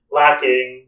lacking